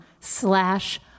slash